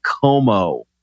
Como